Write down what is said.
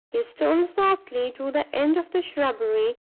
he stole softly to the end of the shrubbery,